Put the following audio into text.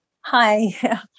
hi